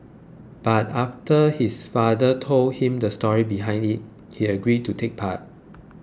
but after his father told him the story behind it he agreed to take part